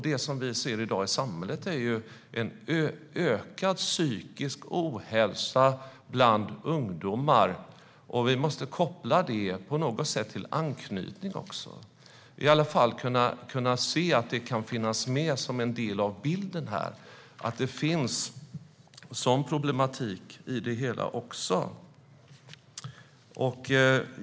Det som vi ser i dag i samhället är en ökad psykisk ohälsa bland ungdomar. Vi måste på något sätt koppla det till anknytningen eller i alla fall kunna se att detta kan finnas med som en del av bilden, att det finns en sådan problematik.